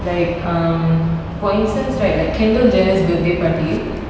like um for instance right like kendall jenner's birthday party